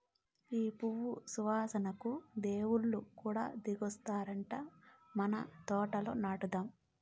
ఈ పువ్వు సువాసనకు దేవుళ్ళు కూడా దిగొత్తారట మన తోటల నాటుదాం